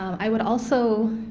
i would also